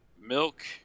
milk